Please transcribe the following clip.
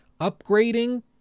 upgrading